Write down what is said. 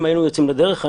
אם היינו יוצאים לדרך,